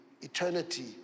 eternity